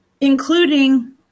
Including